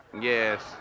Yes